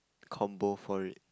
combo for it